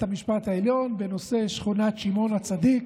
המשפט העליון בנושא שכונת שמעון הצדיק.